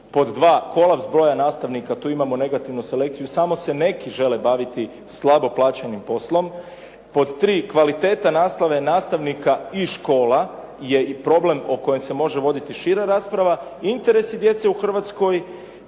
pod 2 kolaps broja nastavnika, tu imamo negativnu selekciju, samo se neki žele baviti slabo plaćenim poslom. Pod 3, kvaliteta nastave, nastavnika i škola je i problem o kojem se može voditi šira rasprava, interesi djece u Hrvatskoj